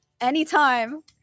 Anytime